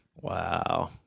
Wow